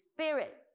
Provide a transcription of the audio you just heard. Spirit